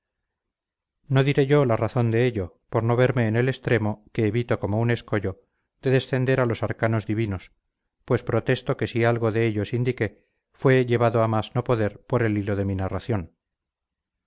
no diré yo la razón de ello por no verme en el extremo que evito como un escollo de descender a los arcanos divinos pues protesto que si algo de ellos indiqué fue llevado a más no poder por el hilo de mi narración